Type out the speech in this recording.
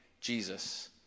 Jesus